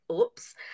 oops